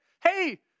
Hey